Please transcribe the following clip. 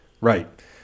Right